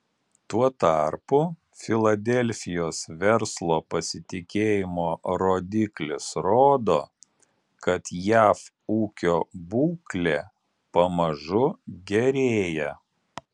tuo tarpu filadelfijos verslo pasitikėjimo rodiklis rodo kad jav ūkio būklė pamažu gerėja